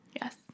Yes